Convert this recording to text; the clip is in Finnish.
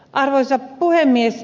arvoisa puhemies